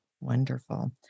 Wonderful